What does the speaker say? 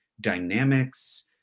dynamics